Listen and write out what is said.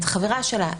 את חברה שלה,